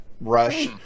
Rush